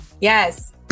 Yes